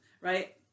right